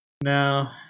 Now